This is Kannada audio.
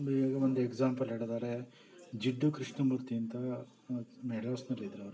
ಒಂದು ಎಕ್ಸಾಂಪಲ್ ಹೇಳೋದಾರೆ ಜಿಡ್ಡು ಕೃಷ್ಣಮೂರ್ತಿ ಅಂತ ಮೆಡ್ರಾಸ್ನಲ್ಲಿದ್ದರವ್ರು